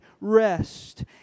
rest